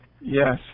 Yes